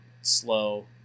slow